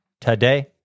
today